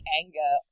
anger